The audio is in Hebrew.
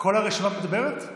כל הרשימה מדברת?